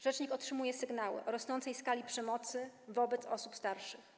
Rzecznik otrzymuje sygnały o rosnącej skali przemocy wobec osób starszych.